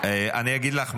--- אני אגיד לך.